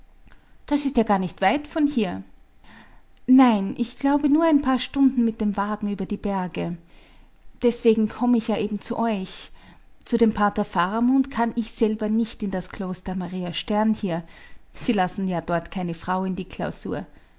das ist ja gar nicht weit von hier nein ich glaube nur ein paar stunden mit dem wagen über die berge deswegen komme ich ja eben zu euch zu dem pater faramund kann ich selber nicht in das kloster maria stern hin sie lassen ja dort keine frau in die klausur